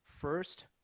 first